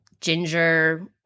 ginger